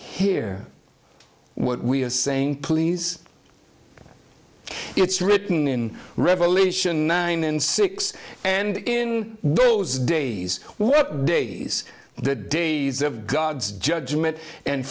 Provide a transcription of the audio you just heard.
hear what we are saying please it's written in revelation nine and six and in those days work days the days of god's judgment and